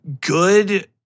good